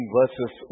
verses